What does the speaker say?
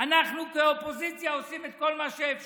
אנחנו כאופוזיציה עושים את כל מה שאפשר.